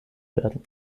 werden